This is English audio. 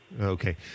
Okay